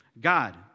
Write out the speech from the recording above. God